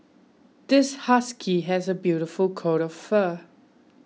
this husky has a beautiful coat of fur